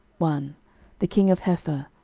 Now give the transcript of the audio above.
one the king of hepher,